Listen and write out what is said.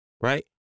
right